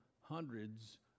hundreds